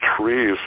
trees